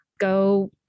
Go